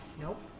Nope